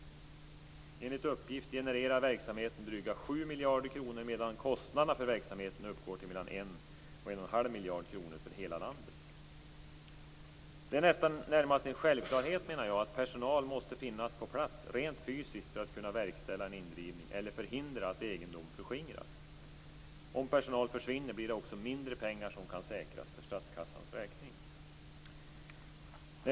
Enligt uppgift genererar verksamheten dryga 7 miljarder kronor, medan kostnaderna för verksamheten uppgår till mellan 1 och 1 1⁄2 miljard kronor för hela landet. Jag menar att det närmast är en självklarhet att personal måste finnas på plats rent fysiskt för att kunna verkställa en indrivning eller för att förhindra att egendom förskingras.